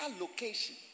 location